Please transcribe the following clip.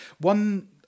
One